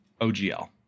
OGL